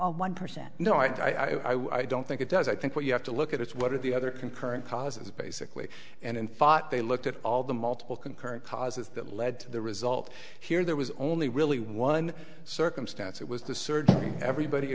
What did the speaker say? or one percent no i was i don't think it does i think what you have to look at it's what are the other concurrent causes basically and fought they looked at all the multiple concurrent causes that led to the result here there was only really one circumstance it was the surgery everybody